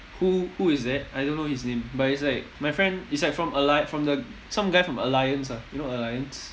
who who is that I don't know his name but it's like my friend it's like from alli~ from the some guy from the alliance ah you know alliance